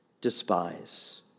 despise